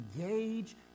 engage